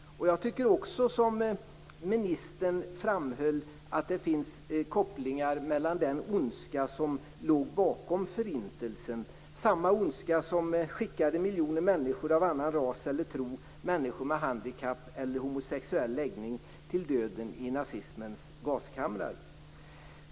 Jag tycker, som också ministern framhöll, att det finns kopplingar mellan detta och den ondska som låg bakom Förintelsen; samma ondska som skickade miljoner av annan ras eller tro, människor med handikapp eller homosexuell läggning till döden i nazismens gaskamrar.